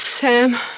Sam